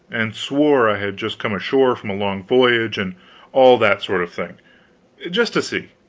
and swore i had just come ashore from a long voyage, and all that sort of thing just to see,